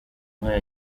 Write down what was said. nk’aya